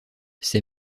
ses